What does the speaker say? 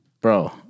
Bro